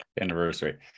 Anniversary